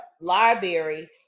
library